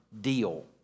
deal